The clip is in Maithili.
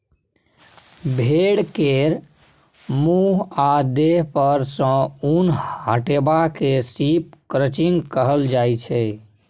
भेड़ा केर मुँह आ देह पर सँ उन हटेबा केँ शिप क्रंचिंग कहल जाइ छै